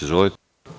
Izvolite.